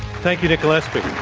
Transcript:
thank you, nick gillespie.